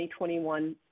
2021